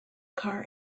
car